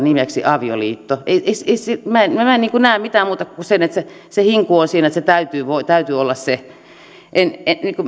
nimeksi muutetaan avioliitto minä en näe mitään muuta kuin sen että se se hinku on siinä että sen täytyy olla se